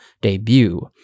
debut